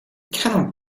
cannot